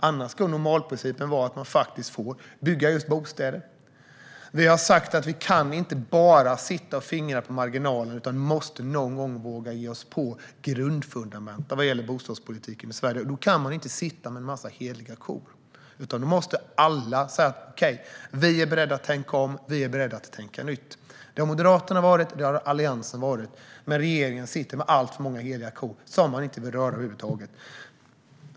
Annars ska normalprincipen vara att man faktiskt får bygga just bostäder. Vi har sagt att vi inte bara kan sitta och fingra på marginalen. Vi måste någon gång våga ge oss på grundfundamenten i bostadspolitiken i Sverige. Då kan man inte sitta med en massa heliga kor, utan då måste alla säga: Okej, vi är beredda att tänka om och tänka nytt. Det har Moderaterna varit, och det har Alliansen varit, men regeringen sitter med alltför många heliga kor som den inte vill röra över huvud taget.